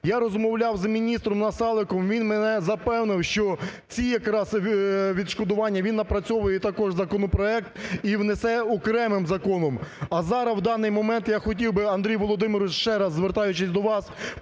Я розмовляв з міністром Насаликом, він мене запевнив, що ці якраз відшкодування, він напрацьовує також законопроект і внесе окремим законом. А зараз в даний момент я хотів би, Андрій Володимирович, ще раз звертаючись до вас,